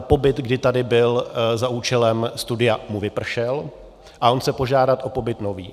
Pobyt, kdy tady byl za účelem studia, mu vypršel a on chce požádat o pobyt nový.